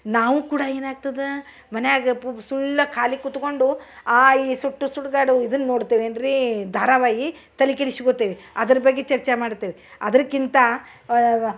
ನಾವು ಕೂಡ ಏನಾಗ್ತದೆ ಮನ್ಯಾಗ ಪು ಸುಳ್ಳ ಖಾಲಿ ಕುತ್ಕೊಂಡು ಆ ಈ ಸುಟ್ಟು ಸುಡ್ಗಾಡು ಇದನ್ನ ನೋಡ್ತೇವಿ ಏನ್ರಿ ಧಾರಾವಾಹಿ ತಲೆ ಕೆಡಿಸ್ಕೊತೀವಿ ಅದರ ಬಗ್ಗೆ ಚರ್ಚೆ ಮಾಡ್ತೆವಿ ಅದ್ರಕ್ಕಿಂತ